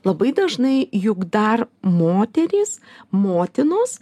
labai dažnai juk dar moterys motinos